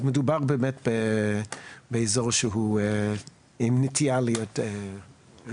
אז מדובר באמת באזור שהוא עם נטייה להיות רטוב.